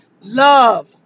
love